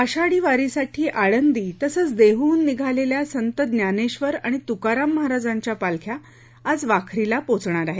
आषाठी वारीसाठी आळंदी तसंच देहहून निघालेल्या संत ज्ञानेक्षर आणि तुकाराम महाराजांच्या पालख्या आज वाखरीला पोहोचणार आहे